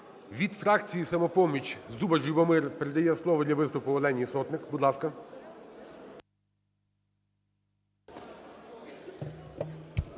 Від фракції "Самопоміч" Зубач Любомир передає слово для виступу Олені Сотник. Будь ласка.